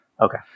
Okay